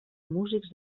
músics